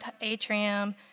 Atrium